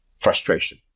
frustration